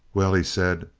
well, he said,